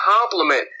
complement